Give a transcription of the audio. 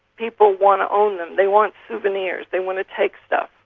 people want to own them, they want souvenirs, they want to take stuff.